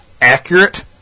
accurate